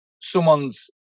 someone's